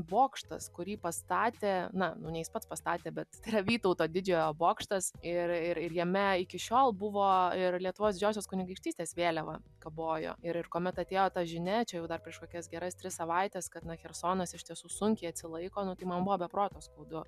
bokštas kurį pastatė na nu ne jis pats pastatė bet tai yra vytauto didžiojo bokštas ir ir jame iki šiol buvo ir lietuvos didžiosios kunigaikštystės vėliava kabojo ir ir kuomet atėjo ta žinia čia jau dar prieš kokias geras tris savaites kad na chersonas iš tiesų sunkiai atsilaiko nu tai man buvo be proto skaudu